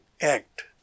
act